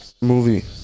movie